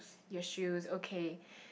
your shoes okay